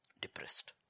Depressed